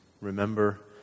remember